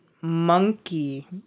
monkey